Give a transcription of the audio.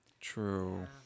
True